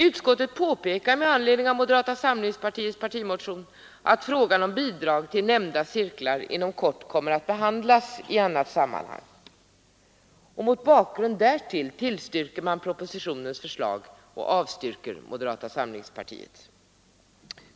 Utskottet påpekar med anledning av moderata samlingspartiets partimotion att frågan om bidrag till nämnda cirklar inom kort kommer att behandlas i annat sammanhang. Mot bakgrund därav tillstyrker man propositionens förslag och avstyrker moderata samlingspartiets.